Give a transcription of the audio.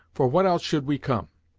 for what else should we come?